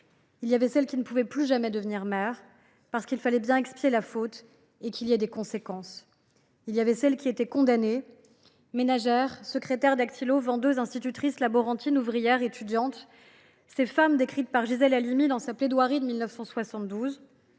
Il y avait celles qui ne pouvaient plus jamais devenir mères, parce qu’il fallait bien expier la faute et qu’il y ait des conséquences. Il y avait celles qui étaient condamnées. Ménagères, secrétaires dactylos, vendeuses, institutrices, laborantines, ouvrières, étudiantes, ces femmes ainsi décrites par Gisèle Halimi, dans sa plaidoirie de 1972